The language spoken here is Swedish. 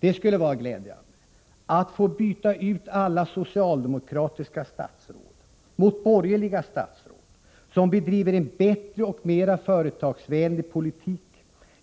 Det skulle vara glädjande att få byta ut alla socialdemokratiska statsråd mot borgerliga statsråd, som Nr 56 bedriver en bättre och mera företagsvänlig politik,